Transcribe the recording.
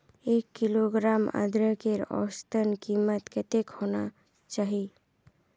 एक किलोग्राम अदरकेर औसतन कीमत कतेक होना चही?